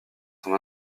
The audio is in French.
son